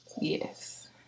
Yes